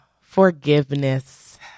Forgiveness